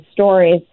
stories